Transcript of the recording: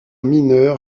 mineur